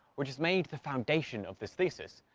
which is made the foundation of this thesis,